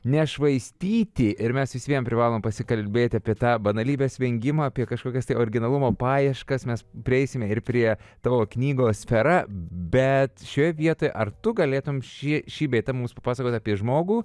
nešvaistyti ir mes vis vien privalom pasikalbėti apie tą banalybės vengimą apie kažkokias tai originalumo paieškas mes prieisime ir prie tavo knygos sfera bet šioje vietoje ar tu galėtumei šie šį bei tą mums papasakoti apie žmogų